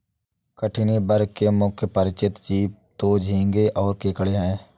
कठिनी वर्ग के मुख्य परिचित जीव तो झींगें और केकड़े हैं